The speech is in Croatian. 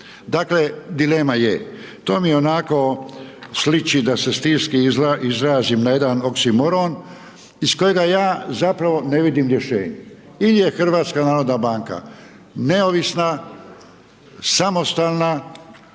Dakle, dilema je. To mi onako sliči da se stilski izrazim na jedan oksimoron iz kojega ja zapravo ne vidim rješenje. Ili je HNB neovisna, samostalna,